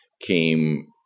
came